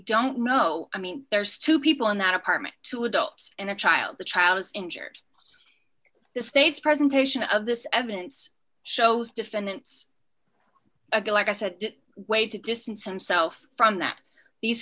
don't know i mean there's two people in that apartment two adults and a child the child is injured the state's presentation of this evidence shows defendants like i said way to distance himself from that these